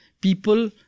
people